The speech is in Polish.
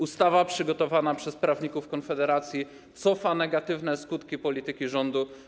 Ustawa przygotowana przez prawników Konfederacji cofa negatywne skutki polityki rządu.